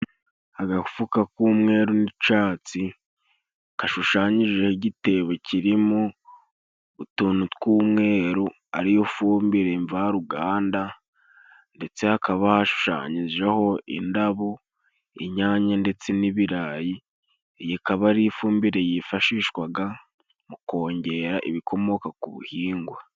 Agafuka k'umweru n'icyatsi gashushanyijejwe igitebo kirimo utuntu tw'umweru ariyo fumbire mvaruganda, ndetse hakaba hashushanyijeho indabo, inyanya ndetse n'ibirayi. Iyi ikaba ari ifumbire yifashishwa mu kongera ibikomoka ku bihingwa.